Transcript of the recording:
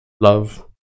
love